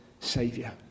saviour